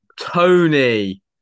tony